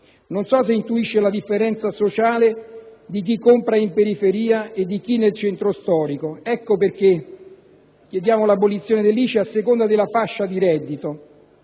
Non so se intuisce la differenza sociale tra chi compra in periferia e chi nel centro storico. Ecco perché chiediamo l'abolizione dell'ICI a seconda della fascia di reddito.